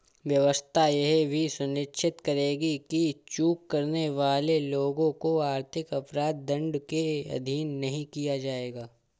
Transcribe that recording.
व्यवस्था यह भी सुनिश्चित करेगी कि चूक करने वाले लोगों को आर्थिक अपराध दंड के अधीन नहीं किया जाएगा